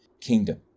kingdom